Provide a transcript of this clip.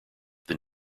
than